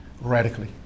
radically